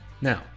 Now